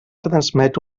transmet